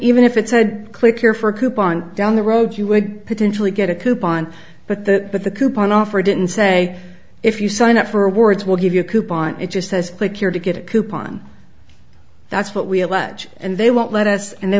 even if it said click here for a coupon down the road you would potentially get a coupon but the but the coupon offer didn't say if you sign up for awards will give you a coupon it just says click here to get a coupon that's what we allege and they won't let us and they